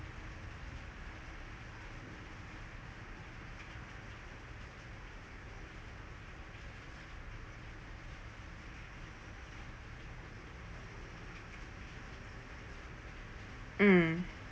mm